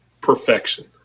perfection